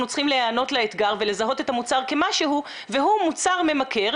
צריכים להיענות לאתגר ולזהות את המוצר כמשהו והוא מוצר ממכר.